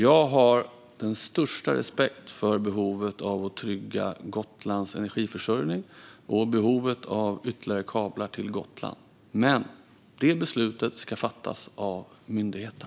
Jag har den största respekt för behovet av att trygga Gotlands energiförsörjning och behovet av ytterligare kablar till Gotland, men det beslutet ska fattas av myndigheten.